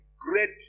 great